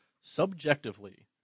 subjectively